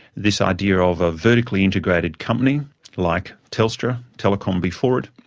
this idea of a vertically integrated company like telstra, telecom before it,